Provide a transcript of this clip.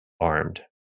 armed